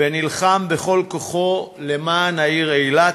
ונלחם בכל כוחו למען העיר אילת.